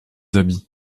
habits